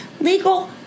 legal